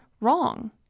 wrong